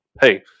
hey